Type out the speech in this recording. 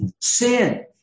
Sin